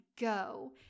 go